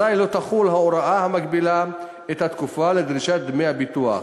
אזי לא תחול ההוראה המגבילה את התקופה לדרישת דמי הביטוח.